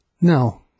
No